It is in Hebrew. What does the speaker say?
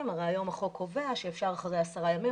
הרי היום החוק קובע שאפשר אחרי 10 ימים,